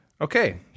Okay